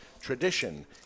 Tradition